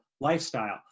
Lifestyle